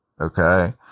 Okay